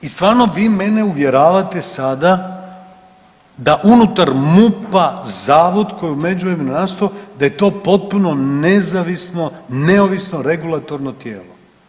I stvarno vi mene uvjeravate sada da unutar MUP-a zavod koji je u međuvremenu nastao da je to potpuno nezavisno, neovisno regulatorno tijelo?